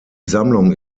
sammlung